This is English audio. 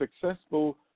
successful